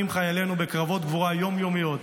חיילינו בקרבות גבורה יום-יומיים,